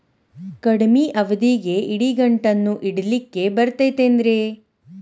ಕಡಮಿ ಅವಧಿಗೆ ಇಡಿಗಂಟನ್ನು ಇಡಲಿಕ್ಕೆ ಬರತೈತೇನ್ರೇ?